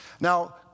Now